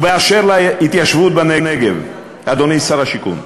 ובאשר להתיישבות בנגב, אדוני שר השיכון,